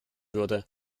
würde